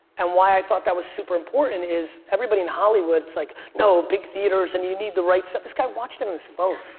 and why i thought that was super important is everybody in hollywood's like no big theaters and you need the right set, this guy watched it on his phone.